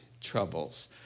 troubles